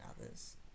others